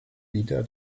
lieder